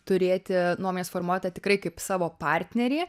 turėti nuomonės formuotoją tikrai kaip savo partnerį